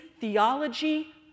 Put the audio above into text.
theology